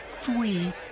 three